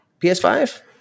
PS5